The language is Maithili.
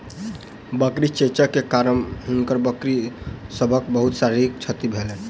बकरी चेचक के कारण हुनकर बकरी सभक बहुत शारीरिक क्षति भेलैन